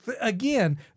Again